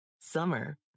Summer